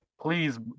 please